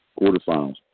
quarterfinals